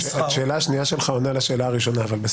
השאלה השנייה שלך עונה לשאלה הראשונה אבל בסדר.